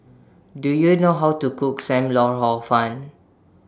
Do YOU know How to Cook SAM Lau Hor Fun